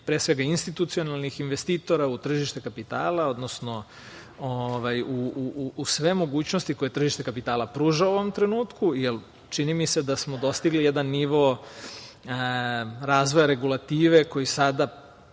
pre svega institucionalnih investitora u tržište kapitala, odnosno u sve mogućnosti koje tržište kapitala pruža u ovom trenutku, jer čini mi se da smo dostigli jedan nivo razvoja regulative koji sada